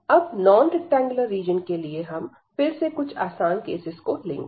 अब non rectangular region के लिए हम फिर से कुछ आसान केसेस को लेंगे